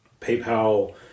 PayPal